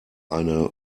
eine